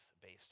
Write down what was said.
based